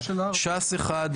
ש"ס אחד,